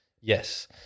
yes